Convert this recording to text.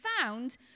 found